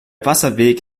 wasserweg